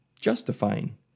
justifying